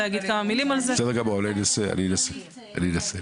מה אני אגיד לו?